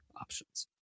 options